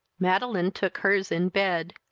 madeline took her's in bed.